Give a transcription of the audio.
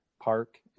park